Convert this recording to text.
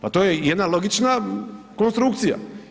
Pa to je jedna logična konstrukcija.